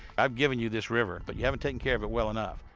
i've given you this river but you haven't taken care of it well enough.